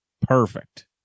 Perfect